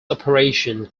operation